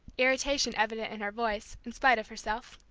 irritation evident in her voice, in spite of herself.